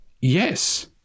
yes